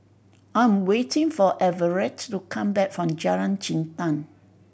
I am waiting for Everet to come back from Jalan Jintan